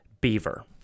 Beaver